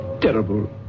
terrible